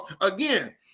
again